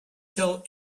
tell